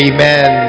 Amen